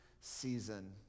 season